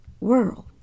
world